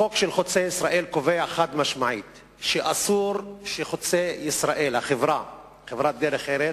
החוק בנושא חוצה-ישראל קובע חד-משמעית שאסור שחברת "דרך ארץ"